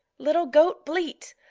little goat, bleat!